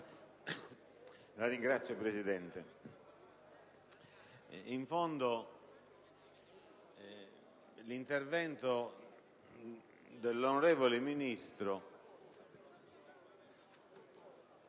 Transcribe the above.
La ringrazio, signor Presidente. In fondo l'intervento dell'onorevole Ministro